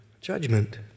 judgment